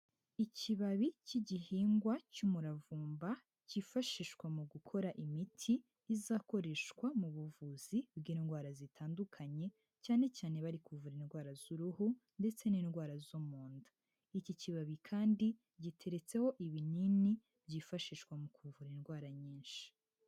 Ikibabi, cy'igihingwa, cy'umuravumba, cyifashishwa mu gukora, imiti, izakoreshwa, mu buvuzi, bw'indwara zitandukanye, cyane cyane bari kuvura indwara z'uruhu, ndetse n'indwara zo mu inda. Iki kibabi kandi, giteretseho, ibinini, byifashishwa mu kuvura indwara nyinshi.